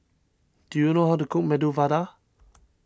do you know how to cook Medu Vada